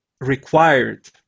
required